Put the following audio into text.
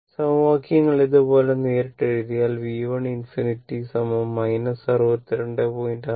സമവാക്യങ്ങൾ ഇതുപോലുള്ള നേരിട്ടു എഴുതിയാൽ V1∞ 62